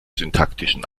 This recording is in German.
syntaktischen